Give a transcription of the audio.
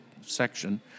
section